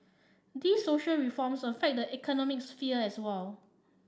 these social reforms affect the economic sphere as well